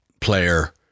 player